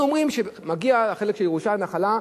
אנחנו אומרים שמגיע החלק של הירושה והנחלה,